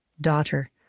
Daughter